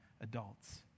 adults